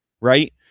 Right